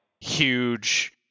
huge